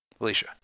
Alicia